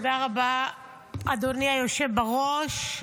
תודה רבה, אדוני היושב בראש.